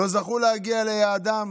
לא זכו להגיע ליעדם.